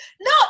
no